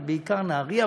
אבל בעיקר נהריה,